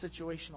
situational